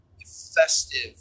festive